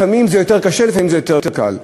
לפעמים זה יותר קשה ולפעמים זה יותר קל.